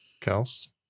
Kels